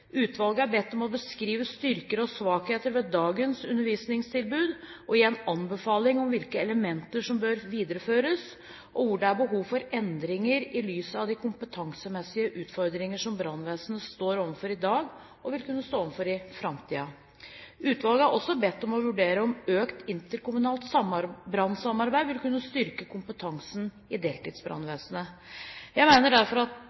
Utvalget er bedt om å beskrive styrker og svakheter ved dagens undervisningstilbud og gi en anbefaling om hvilke elementer som bør videreføres, og hvor det er behov for endringer, i lys av de kompetansemessige utfordringer som brannvesenet står overfor i dag, og vil kunne stå overfor i framtiden. Utvalget er også bedt om å vurdere om økt interkommunalt brannsamarbeid vil kunne styrke kompetansen i deltidsbrannvesenet. Jeg mener derfor at